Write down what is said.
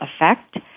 effect